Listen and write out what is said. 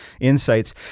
insights